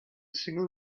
single